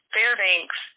Fairbanks